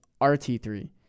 RT3